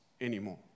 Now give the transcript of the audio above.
anymore